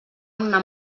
una